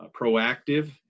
proactive